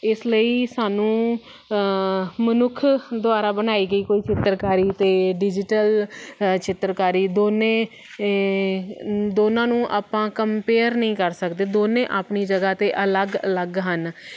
ਇਸ ਲਈ ਸਾਨੂੰ ਮਨੁੱਖ ਦੁਆਰਾ ਬਣਾਈ ਗਈ ਕੋਈ ਚਿੱਤਰਕਾਰੀ ਅਤੇ ਡਿਜੀਟਲ ਚਿੱਤਰਕਾਰੀ ਦੋਨੇ ਦੋਨਾਂ ਨੂੰ ਆਪਾਂ ਕੰਪੇਅਰ ਨਹੀਂ ਕਰ ਸਕਦੇ ਦੋਨੇ ਆਪਣੀ ਜਗ੍ਹਾ 'ਤੇ ਅਲੱਗ ਅਲੱਗ ਹਨ